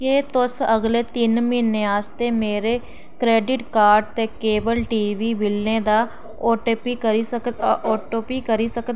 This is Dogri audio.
क्या तुस अगले तिन म्हीनें आस्तै मेरे क्रैडिट कार्ड ते केबल टीवी बिलें दा आटो पेऽ करी सकदे ओ